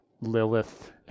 Lilith